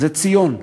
זה "ציון".